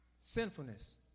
Sinfulness